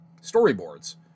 storyboards